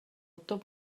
top